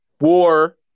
War